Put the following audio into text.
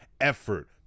effort